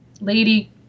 Lady